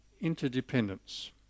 interdependence